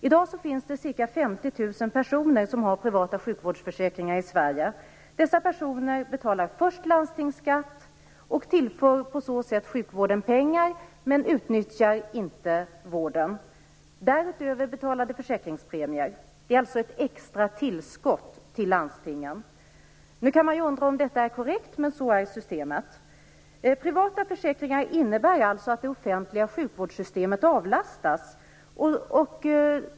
I dag finns det ca 50 000 Sverige. Dessa personer betalar först landstingsskatt och tillför på så sätt sjukvården pengar men utnyttjar inte vården. Därutöver betalar de försäkringspremier. Det är alltså ett extra tillskott till landstingen. Nu kan man undra om detta är korrekt, men så är systemet. Privata försäkringar innebär alltså att det offentliga sjukvårdssystemet avlastas.